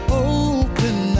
open